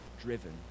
driven